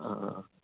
ആ ആ